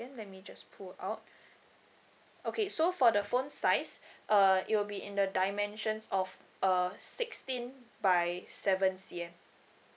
let me just pull out okay so for the phone size uh it will be in the dimensions of uh sixteen by seven C_M